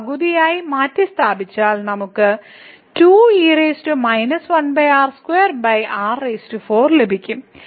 ഇത് പകുതിയായി മാറ്റിസ്ഥാപിച്ചാൽ നമുക്ക് ലഭിക്കും